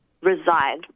reside